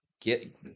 get